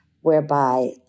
whereby